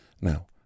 Now